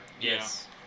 Yes